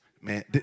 Man